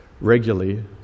regularly